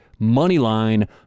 Moneyline